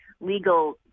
legal